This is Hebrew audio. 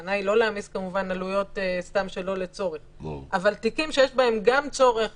הכוונה היא לא להעמיס עלויות סתם שלא לצורך שיש בהם גם צורך